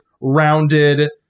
rounded